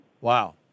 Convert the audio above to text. Wow